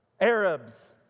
Arabs